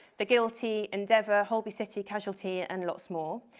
the guilty, endeavor, holby city, casualty and lots more.